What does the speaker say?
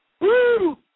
Woo